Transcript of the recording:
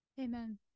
Amen